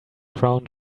crown